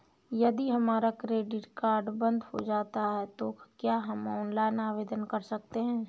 यदि हमारा credit card बंद हो जाता है तो क्या हम ऑनलाइन आवेदन कर सकते हैं?